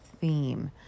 theme